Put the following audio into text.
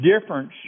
difference